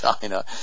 China